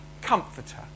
comforter